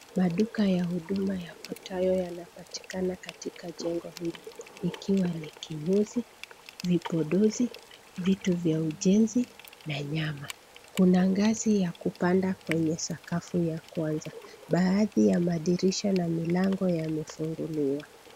Maduka ya huduma yafuatayo yanapatikana katika jengo hili ikiwa ni kinyozi, vipodozi, vitu vya ujenzi na nyama. Kuna ngazi ya kupanda kwenye sakafu ya kwanza. Baadhi ya madirisha na milango yamefunguliwa.